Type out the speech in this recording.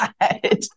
God